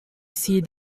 see